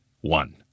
one